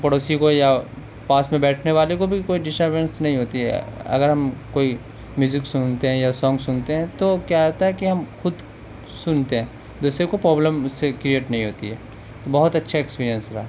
پڑوسی کو یا پاس میں بیٹھنے والے کو بھی کوئی ڈشٹربینس نہیں ہوتی ہے اگر ہم کوئی میوزک سنتے ہیں یا سانگ سنتے ہیں تو کیا ہوتا ہے کہ ہم خود سنتے ہیں دوسرے کو پابلم اس سے کریئیٹ نہیں ہوتی ہے تو بہت اچھا ایکسپیریئنس رہا